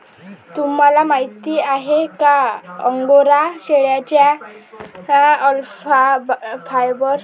तुम्हाला माहिती आहे का अंगोरा शेळ्यांचे अल्पाका फायबर स्टॅम्प देखील खूप लोकप्रिय आहेत